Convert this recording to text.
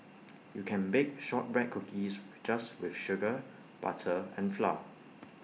you can bake Shortbread Cookies just with sugar butter and flour